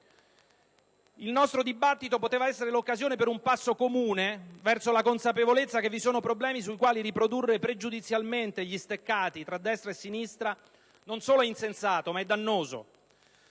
Il nostro dibattito poteva essere l'occasione per un passo comune verso la consapevolezza che vi sono problemi sui quali riprodurre pregiudizialmente gli steccati tra destra e sinistra non solo è insensato, ma è dannoso,